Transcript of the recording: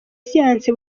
siyansi